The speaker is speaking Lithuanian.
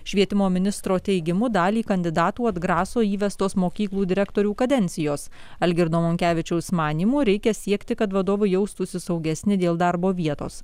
švietimo ministro teigimu dalį kandidatų atgraso įvestos mokyklų direktorių kadencijos algirdo monkevičiaus manymu reikia siekti kad vadovai jaustųsi saugesni dėl darbo vietos